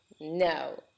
No